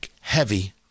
heavy